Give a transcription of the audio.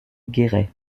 guéret